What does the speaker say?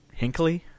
Hinkley